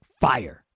FIRE